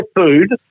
food